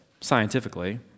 scientifically